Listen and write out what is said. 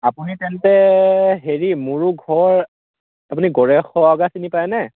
আপুনি তেন্তে হেৰি মোৰো ঘৰ আপুনি গৰে খোৱাগা চিনি পায়নে